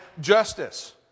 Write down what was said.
justice